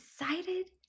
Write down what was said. excited